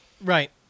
Right